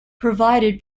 provided